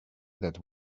that